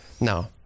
no